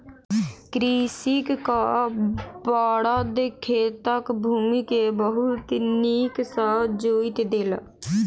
कृषकक बड़द खेतक भूमि के बहुत नीक सॅ जोईत देलक